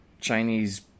Chinese